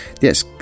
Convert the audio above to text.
Yes